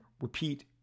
repeat